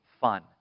fun